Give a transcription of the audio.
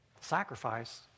Sacrifice